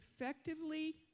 effectively